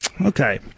Okay